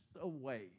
away